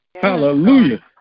Hallelujah